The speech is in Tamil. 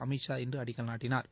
அமித்ஷா இன்று அடிக்கல் நாட்டிணா்